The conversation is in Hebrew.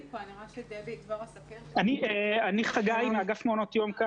אני מאגף מעונות יום.